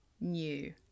new